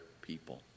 people